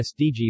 SDGs